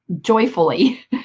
joyfully